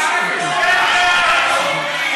לעניין בקשה לאישור מיזם חקלאי-תיירותי